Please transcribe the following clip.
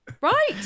Right